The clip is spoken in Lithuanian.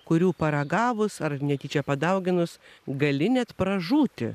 kurių paragavus ar netyčia padauginus gali net pražūti